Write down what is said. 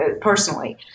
personally